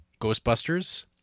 Ghostbusters